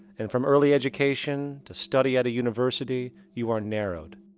and from early education, to study at a university, you are narrowed.